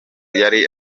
yari